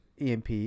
EMP